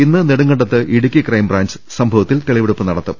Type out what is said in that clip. ഇന്ന് നെടുങ്കണ്ടത്ത് ഇടുക്കി ക്രൈംബ്രാഞ്ച് സംഭ വത്തിൽ തെളിവെടുപ്പ് നടത്തും